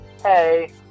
Hey